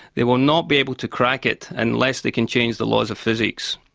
they will not be able to crack it unless they can change the laws of physics,